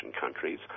countries